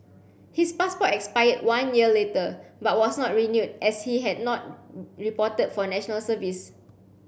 his passport expired one year later but was not renewed as he had not reported for National Service